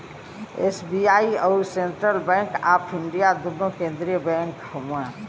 SBI अउर central bank of India दुन्नो केन्द्रिय बैंक हउअन